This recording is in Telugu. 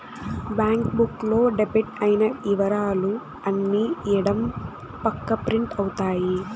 బ్యాంక్ బుక్ లో డెబిట్ అయిన ఇవరాలు అన్ని ఎడం పక్క ప్రింట్ అవుతాయి